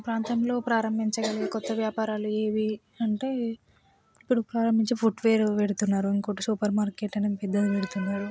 మా ప్రాంతంలో ప్రారంభించగలిగే కొత్త వ్యాపారాలు ఏవి అంటే ఇప్పుడు ప్రారంభించే ఫుట్వేర్ పెడుతున్నారు ఇంకొకటి సూపర్మార్కెట్ అనేది పెద్దది పెడుతున్నారు